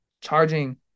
charging